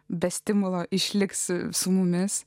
be stimulo išliks su mumis